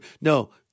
No